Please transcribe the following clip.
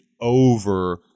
over